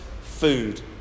food